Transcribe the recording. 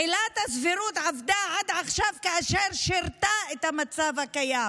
עילת הסבירות עבדה עד עכשיו כאשר שירתה את המצב הקיים.